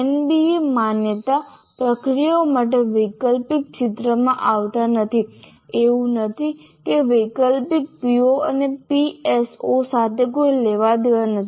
NBA માન્યતા પ્રક્રિયાઓ માટે વૈકલ્પિક ચિત્રમાં આવતા નથી એવું નથી કે વૈકલ્પિક પીઓ અને પીએસઓ સાથે કોઈ લેવાદેવા નથી